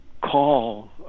call